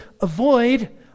avoid